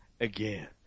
again